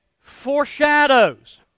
foreshadows